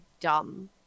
dumb